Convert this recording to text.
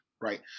right